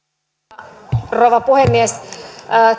arvoisa rouva puhemies